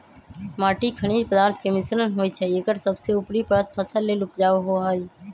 माटी खनिज पदार्थ के मिश्रण होइ छइ एकर सबसे उपरी परत फसल लेल उपजाऊ होहइ